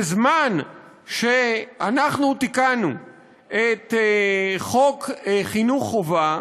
בזמן שאנחנו תיקנו את חוק חינוך חובה,